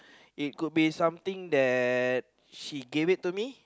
it could be something that she gave it to me